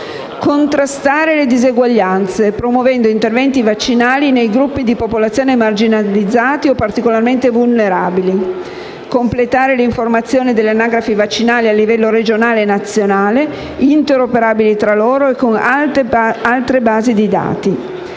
contrastare le disuguaglianze, promuovendo interventi vaccinali nei gruppi di popolazioni marginalizzati o particolarmente vulnerabili; completare l'informatizzazione delle anagrafi vaccinali, a livello regionale e nazionale, interoperabili tra di loro e con altre basi di dati;